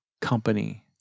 company